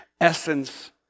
essence